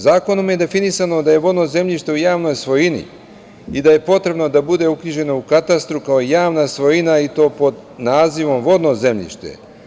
Zakonom je definisano da je vodno zemljište u javnoj svojini i da je potrebno da bude uknjiženo u katastru, kao javna svojina i to pod nazivom - vodno zemljište.